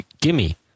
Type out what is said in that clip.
Gimme